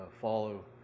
follow